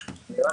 אני לא יודע